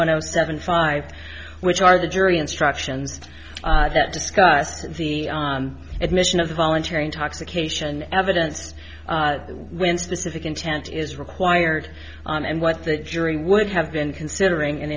when i was seven five which are the jury instructions that discussed the admission of the voluntary intoxication evidence when specific intent is required and what that jury would have been considering and